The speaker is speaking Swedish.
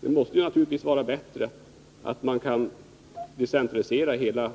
Det måste vara bättre att decentralisera